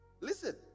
listen